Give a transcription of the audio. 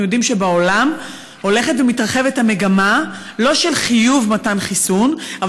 אנחנו יודעים שבעולם הולכת ומתרחבת המגמה לא של חיוב מתן חיסון,